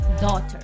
daughter